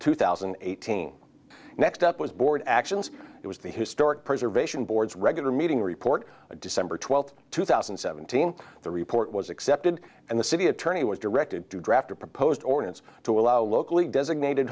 two thousand and eighteen next up was board actions it was the historic preservation board's regular meeting report december twelfth two thousand and seventeen the report was accepted and the city attorney was directed to draft a proposed ordinance to allow locally designated